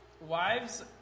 Wives